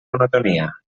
monotonia